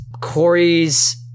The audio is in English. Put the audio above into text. Corey's